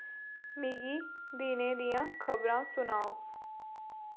मिगी दिनै दियां खबरां सुनाओ